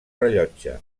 rellotge